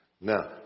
Now